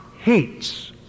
hates